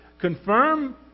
confirm